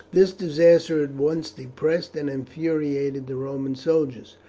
this disaster at once depressed and infuriated the roman soldiers,